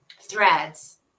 threads